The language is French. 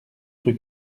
rue